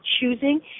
choosing